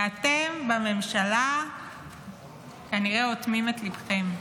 ואתם בממשלה כנראה אוטמים את ליבכם.